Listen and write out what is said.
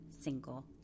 single